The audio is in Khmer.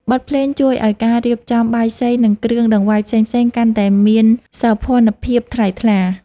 បទភ្លេងជួយឱ្យការរៀបចំបាយសី និងគ្រឿងដង្វាយផ្សេងៗកាន់តែមានសោភ័ណភាពថ្លៃថ្លា។